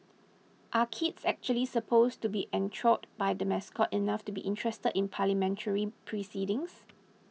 are kids actually supposed to be enthralled by the mascot enough to be interested in Parliamentary proceedings